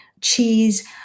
cheese